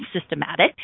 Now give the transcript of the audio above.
systematic